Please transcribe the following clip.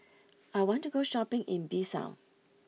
I want to go shopping in Bissau